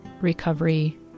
recovery